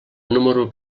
número